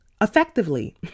effectively